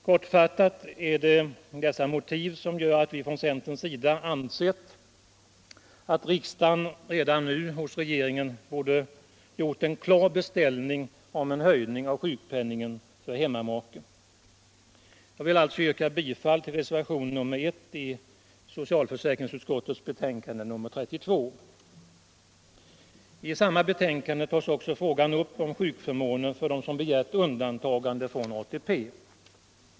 Kortfattat är det dessa motiv som gör att vi från centerns sida ansett att riksdagen redan nu hos regeringen borde göra en klar beställning om en höjning av sjukpenningen för hemmamake. I samma betänkande tas också frågan upp om sjukförmåner för dem som begärt undantagande från ATP.